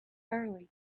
early